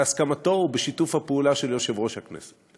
בהסכמה ובשיתוף פעולה של יושב-ראש הכנסת: